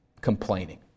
complaining